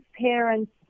parents